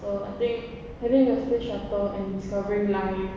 so I think having a space shuttle and discovering life